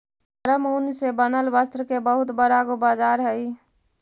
नरम ऊन से बनल वस्त्र के बहुत बड़ा गो बाजार हई